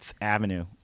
Avenue